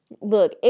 Look